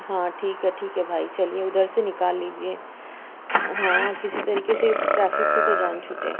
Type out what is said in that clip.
ہاں ٹھیک ہے ٹھیک ہے بھائی چلیے اُدھر سے نكال لیجیے ہاں كسی طریقے سے اِس ٹریفک سے تو جان چھوٹے